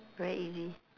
very easy